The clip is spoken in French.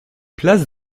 place